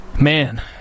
Man